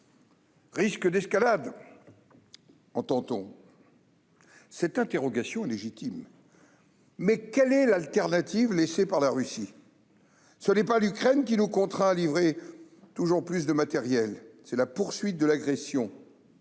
« Risque d'escalade », entend-on ? Cette interrogation est légitime. Mais quelle est l'autre solution laissée par la Russie ? Ce n'est pas l'Ukraine qui nous contraint à livrer toujours plus de matériel, c'est la poursuite de l'agression